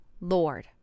Lord